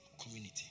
community